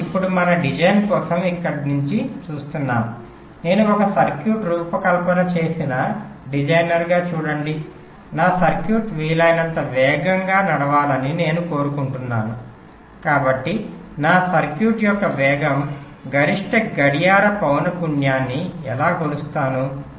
మనం ఇప్పుడు మన డిజైన్ కోణం నుండి చూస్తున్నాం నేను ఒక సర్క్యూట్ రూపకల్పన చేసిన డిజైనర్గా చూడండి నా సర్క్యూట్ వీలైనంత వేగంగా నడవాలని నేను కోరుకుంటున్నాను కాబట్టి నా సర్క్యూట్ యొక్క వేగం గరిష్ట గడియార పౌన పున్యాన్ని ఎలా కొలుస్తాను